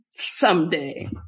someday